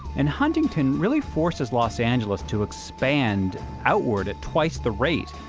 and huntington really forces los angeles to expand outward at twice the rate,